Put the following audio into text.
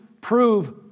prove